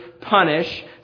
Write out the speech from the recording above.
punish